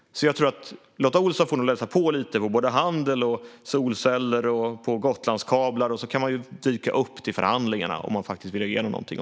Jag tror att Lotta Olsson får läsa på lite om både handel, solceller och Gotlandskablar. Och så kan man dyka upp till förhandlingarna om man vill ha igenom någonting.